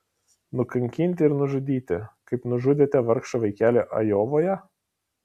nukankinti ir nužudyti kaip nužudėte vargšą vaikelį ajovoje